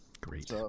Great